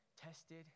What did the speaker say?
tested